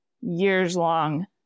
years-long